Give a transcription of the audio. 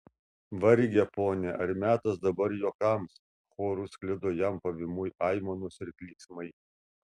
varge pone ar metas dabar juokams choru sklido jam pavymui aimanos ir klyksmai